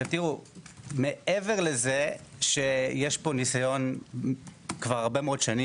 עכשיו תראו מעבר לזה שיש פה ניסיון כבר הרבה מאוד שנים